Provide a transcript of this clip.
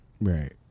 Right